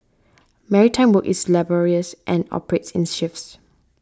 maritime work is laborious and operates in shifts